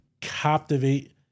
captivate